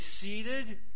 seated